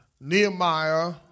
Nehemiah